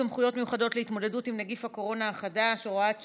הצעת חוק סמכויות מיוחדות להתמודדות עם נגיף הקורונה החדש (הוראת שעה),